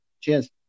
Cheers